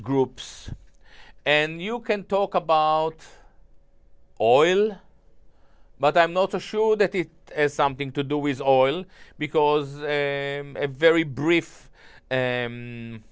groups and you can talk about oil but i'm not so sure that it is something to do with oil because very brief